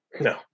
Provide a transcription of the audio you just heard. No